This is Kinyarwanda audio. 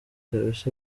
kbs